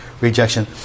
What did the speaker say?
rejection